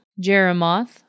Jeremoth